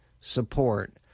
support